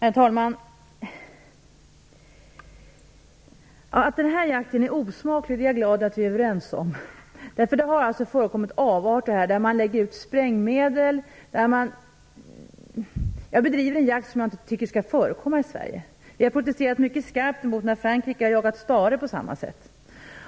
Herr talman! Jag är glad att vi är överens om att den här jakten är osmaklig. Det har alltså förekommit avarter där man har lagt ut sprängmedel. Man har bedrivit en jakt som jag inte tycker skall få förekomma i Sverige. Vi har protesterat mycket skarpt mot Frankrike där man har jagat stare på samma sätt.